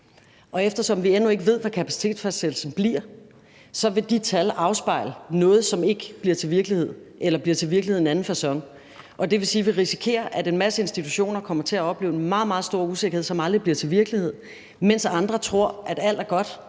Og eftersom vi endnu ikke ved, hvad kapacitetsfastsættelsen bliver, vil de tal afspejle noget, som ikke bliver til virkelighed eller bliver til virkelighed på en anden facon. Det vil sige, at vi risikerer, at en masse institutioner kommer til at opleve en meget, meget stor usikkerhed, som aldrig bliver til virkelighed, mens andre tror, at alt er godt,